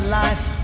life